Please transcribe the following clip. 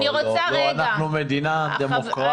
לא, אנחנו מדינה דמוקרטית.